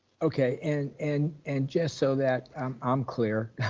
okay and and and just so that i'm um clear,